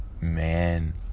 man